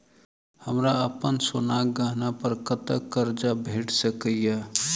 हमरा अप्पन सोनाक गहना पड़ कतऽ करजा भेटि सकैये?